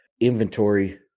inventory